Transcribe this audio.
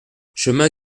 chemin